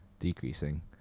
decreasing